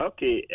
Okay